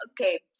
okay